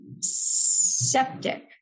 septic